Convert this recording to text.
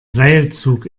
seilzug